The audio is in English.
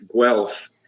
Guelph